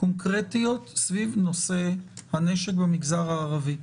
קונקרטיות סביב נושא הנשק במגזר הערבי?